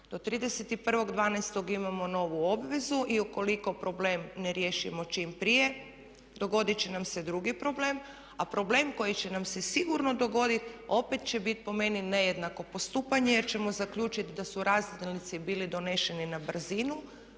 Do 31.12. imamo novu obvezu i ukoliko problem ne riješimo čim prije dogodit će nam se drugi problem, a problem koji će nam se sigurno dogoditi opet će bit po meni nejednako postupanje, jer ćemo zaključiti da su razdjelnici bili doneseni na brzinu,